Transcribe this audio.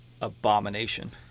abomination